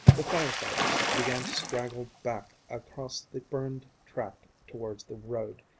the fire-fighters began to straggle back across the burned tract towards the road,